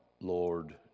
Lord